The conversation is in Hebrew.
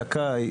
זכאי,